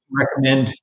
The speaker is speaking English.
recommend